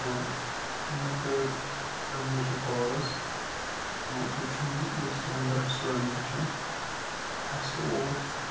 اۭں مےٚ کٔر امہِ موجوٗب کال حظ مےٚ اوس وُچھُن یُس تُہنٛد ریٚسٹَورَنٛٹ چھُ اَسہِ اوس